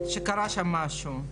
ושקרה שם משהו.